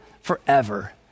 forever